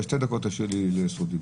אבל שתי דקות תשאיר לי לזכות דיבור.